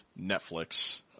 Netflix